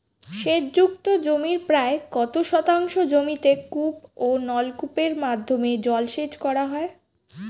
সেচ যুক্ত জমির প্রায় কত শতাংশ জমিতে কূপ ও নলকূপের মাধ্যমে জলসেচ করা হয়?